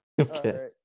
Okay